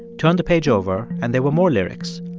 turn the page over, and there were more lyrics.